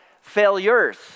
failures